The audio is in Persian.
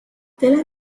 دلم